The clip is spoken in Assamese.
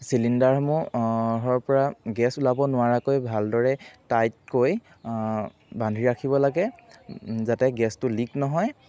চিলিণদাৰসমূহৰপৰা গেছ ওলাব নোৱাৰাকৈ ভালদৰে টাইটকৈ বান্ধি ৰাখিব লাগে যাতে গেছটো লিক নহয়